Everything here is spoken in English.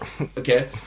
Okay